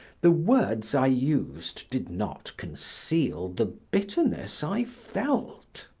the words i used did not conceal the bitterness i felt.